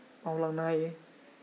मावलांनो हायो